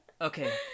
okay